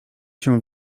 się